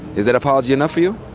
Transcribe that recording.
is that apology enough for you?